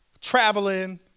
traveling